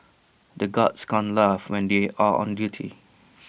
the guards can't laugh when they are on duty